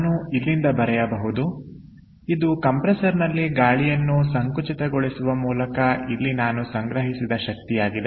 ನಾನು ಇಲ್ಲಿಂದ ಬರೆಯಬಹುದು ಇದು ಕಂಪ್ರೆಸರ್ನಲ್ಲಿ ಗಾಳಿಯನ್ನು ಸಂಕುಚಿತಗೊಳಿಸುವ ಮೂಲಕ ಇಲ್ಲಿ ನಾನು ಸಂಗ್ರಹಿಸಿದ ಶಕ್ತಿಯಾಗಿದೆ